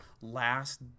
last